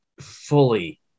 fully